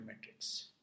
matrix